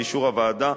באישור הוועדה,